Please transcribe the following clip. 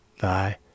thy